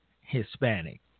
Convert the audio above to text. Hispanic